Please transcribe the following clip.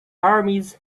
armies